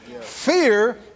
Fear